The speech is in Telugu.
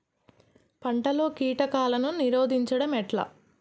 పంటలలో కీటకాలను నిరోధించడం ఎట్లా?